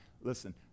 Listen